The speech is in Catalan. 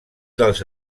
dels